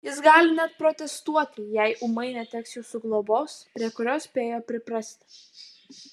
jis gali net protestuoti jei ūmai neteks jūsų globos prie kurios spėjo priprasti